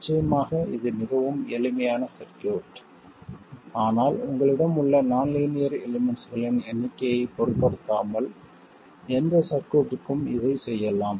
நிச்சயமாக இது மிகவும் எளிமையான சர்க்யூட் ஆனால் உங்களிடம் உள்ள நான் லீனியர் எலிமெண்ட்ஸ்களின் எண்ணிக்கையைப் பொருட்படுத்தாமல் எந்த சர்க்யூட்க்கும் இதைச் செய்யலாம்